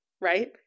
right